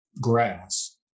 grass